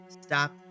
stop